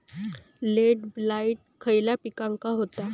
Late blight खयले पिकांका होता?